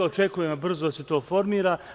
Očekujemo brzo da se to formira.